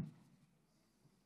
אדוני היושב-ראש,